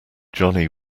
johnny